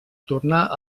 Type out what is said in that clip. tornar